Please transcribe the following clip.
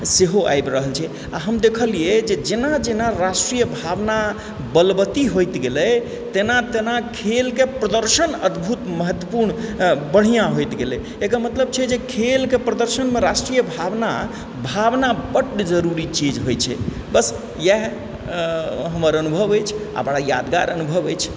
सेहो आबि रहल छै आ हम देखलियै जे जेना जेना राष्ट्रीय भावना बलवती होइत गेलै तेना तेना खेलके प्रदर्शन अद्भुत महत्वपूर्ण बढ़िआँ होइत गेलय एकर मतलब छै खेलके प्रदर्शनमे राष्ट्रीय भावना भावना बड्ड जरुरी चीज होइत छै बस इएह हमर अनुभव अछि आ बड़ा यादगार अनुभव अछि